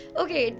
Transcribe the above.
okay